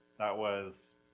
that was,